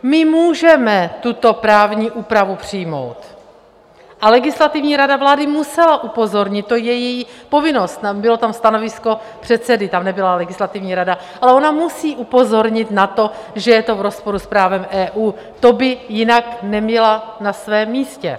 My můžeme tuto právní úpravu přijmout a legislativní rada vlády musela upozornit, to je její povinnost, bylo tam stanovisko předsedy, tam nebyla legislativní rada, ale ona musí upozornit na to, že je to v rozporu s právem EU, to by jinak nebyla na svém místě.